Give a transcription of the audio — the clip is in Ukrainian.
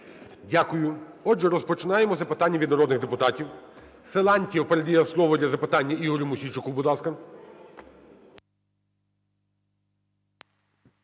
Дякую. Отже, розпочинаємо запитання від народних депутатів. Силантьєв передає слово для запитання Ігорю Мосійчуку, будь ласка.